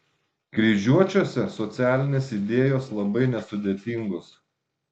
kryžiuočiuose socialinės idėjos labai nesudėtingos